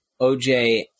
OJ